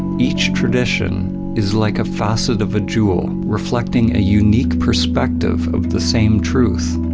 each tradition is like a facet of a jewel reflecting a unique perspective of the same truth,